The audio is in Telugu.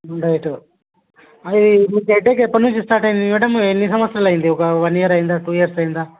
డైటు అది మీకు హెడేక్ ఎప్పటి నుంచి స్టార్ట్ అయింది మ్యాడమ్ ఎన్ని సంవత్సరాలు అయింది ఒక వన్ ఇయర్ అయిందా టూ ఇయర్స్ అయిందా